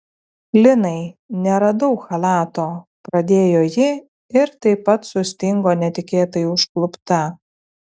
linai neradau chalato pradėjo ji ir taip pat sustingo netikėtai užklupta